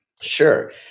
Sure